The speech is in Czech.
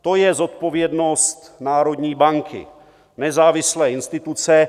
To je zodpovědnost národní banky, nezávislé instituce.